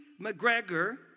McGregor